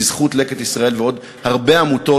בזכות "לקט ישראל" ועוד הרבה עמותות,